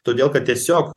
todėl kad tiesiog